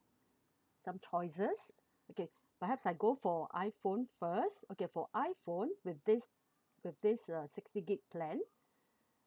some choices okay perhaps I go for iphone first okay for iphone with this with this uh sixty gig plan